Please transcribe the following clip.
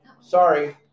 Sorry